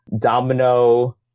Domino